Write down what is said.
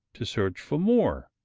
to search for more.